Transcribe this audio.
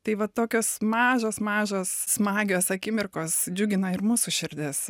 tai va tokios mažos mažos smagios akimirkos džiugina ir mūsų širdis